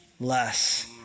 Less